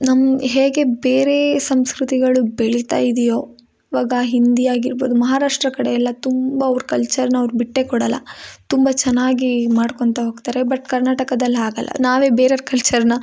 ನಮ್ಮ ಹೇಗೆ ಬೇರೆ ಸಂಸ್ಕೃತಿಗಳು ಬೆಳಿತಾ ಇದೆಯೋ ಆವಾಗ ಹಿಂದಿ ಆಗಿರಬೌದು ಮಹಾರಾಷ್ಟ್ರ ಕಡೆ ಎಲ್ಲ ತುಂಬ ಅವ್ರ ಕಲ್ಚರ್ನ ಅವ್ರು ಬಿಟ್ಟೇ ಕೊಡೋಲ್ಲ ತುಂಬ ಚೆನ್ನಾಗಿ ಮಾಡ್ಕೋಳ್ತ ಹೋಗ್ತಾರೆ ಬಟ್ ಕರ್ನಾಟಕದಲ್ಲಿ ಹಾಗಲ್ಲ ನಾವೇ ಬೇರೆಯರ ಕಲ್ಚರ್ನ